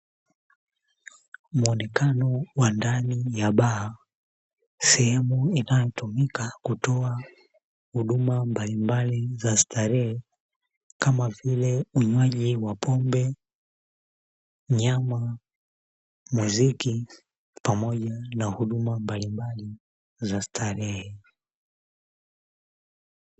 Muonekano wa ndani ya baa, sehemu inayotumia kutoa huduma mbalimbali za starehe kama vile unywaji wa pombe, nyama, muziki, pamoja na huduma mbalimbali za starehe.